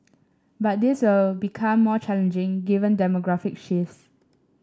but this will become more challenging given demographic shifts